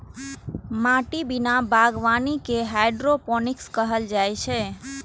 माटिक बिना बागवानी कें हाइड्रोपोनिक्स कहल जाइ छै